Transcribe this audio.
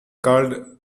called